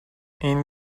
این